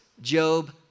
Job